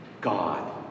God